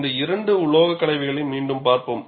இந்த இரண்டு உலோகக்கலவைகளை மீண்டும் பார்ப்போம்